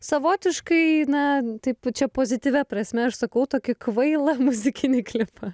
savotiškai na taip čia pozityvia prasme aš sakau tokį kvailą muzikinį klipą